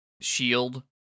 shield